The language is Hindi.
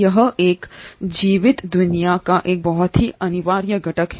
यह एक जीवित दुनिया का एक बहुत ही अनिवार्य घटक है